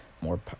More